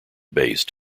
based